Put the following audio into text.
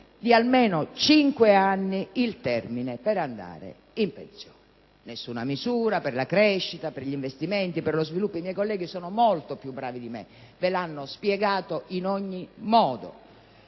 di almeno cinque anni il termine per andare in pensione. Nessuna misura per la crescita, per gli investimenti, per lo sviluppo: i miei colleghi sono molto più bravi di me e ve lo hanno spiegato in ogni modo,